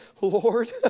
Lord